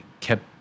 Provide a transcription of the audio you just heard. kept